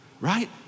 right